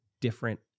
different